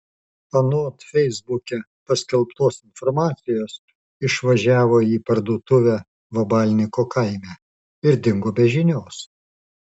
anot feisbuke paskelbtos informacijos išvažiavo į parduotuvę vabalninko kaime ir dingo be žinios